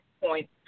point